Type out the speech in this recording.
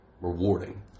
rewarding